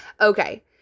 Okay